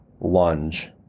lunge